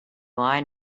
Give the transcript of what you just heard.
line